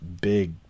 Big